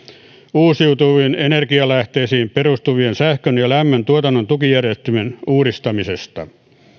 uusiutuviin energialähteisiin perustuvien sähkön ja lämmön tuotannon tukijärjestelmien uudistamisesta